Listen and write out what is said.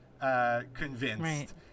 convinced